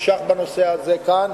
נמשך בנושא הזה כאן.